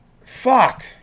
Fuck